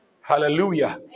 Hallelujah